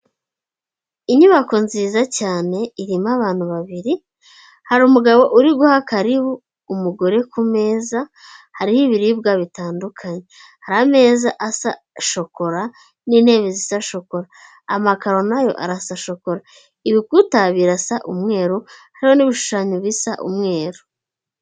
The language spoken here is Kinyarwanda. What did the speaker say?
Inyubako nziza cyane irimo abantu babiri, hari umugabo uri guha karibu umugore kumeza, hariho ibiribwa bitandukanye, hari ameza asa shokora n'intebe isa shokora, amakaro na yo arasa shokora, ibikuta birasa umweru, hari ho n'ibishushanyo bisa umweru.